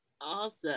Awesome